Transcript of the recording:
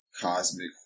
cosmic